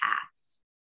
paths